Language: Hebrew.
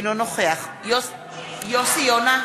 אינו נוכח יוסי יונה,